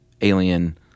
alien